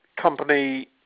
company